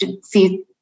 see